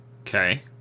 Okay